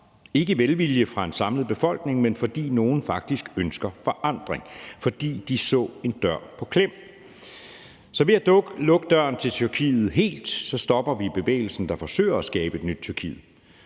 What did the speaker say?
ikke velvilje fra en samlet befolkning, men fordi nogle faktisk ønsker forandring, fordi de så en dør på klem. Så ved at lukke døren til Tyrkiet helt, stopper vi bevægelsen, der forsøger at skabe et nyt Tyrkiet.